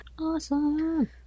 Awesome